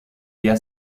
día